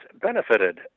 benefited